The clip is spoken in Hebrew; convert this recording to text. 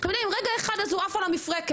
אתם יודעים, פתאום רגע אחד עף על המפרקת.